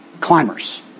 climbers